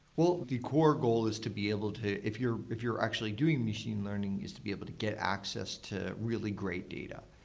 the core goal is to be able to, if you're if you're actually doing machine learning, is to be able to get access to really great data.